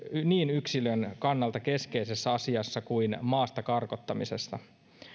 niin yksilön kannalta keskeisessä asiassa kuin maastakarkottamisessa